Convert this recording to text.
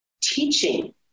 teaching